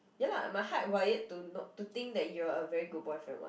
ya lah my heart wired to know to think that you are a very good boyfriend [what]